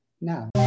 now